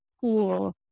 cool